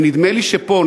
ונדמה לי שפה,